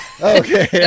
Okay